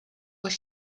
was